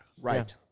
Right